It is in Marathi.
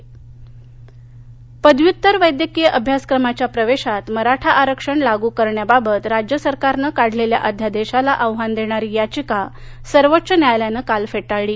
मराठा वैद्यकीय पदव्युत्तर वैद्यकीय अभ्यासक्रमाच्या प्रवेशात मराठा आरक्षण लागू करण्याबाबत राज्य सरकारने काढलेल्या अध्यादेशाला आव्हान देणारी याचिका सर्वोच्च न्यायालयानं काल फेटाळली